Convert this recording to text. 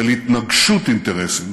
של התנגשות אינטרסים,